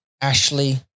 Ashley